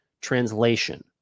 Translation